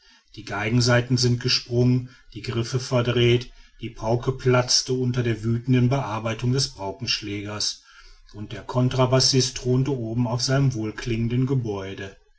die geigensaiten sind gesprungen die griffe verdreht die pauke platzte unter der wüthenden bearbeitung des paukenschlägers und der contrebassist thront oben auf seinem wohlklingenden gebäude